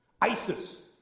ISIS